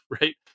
right